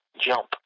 jump